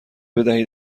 بدهید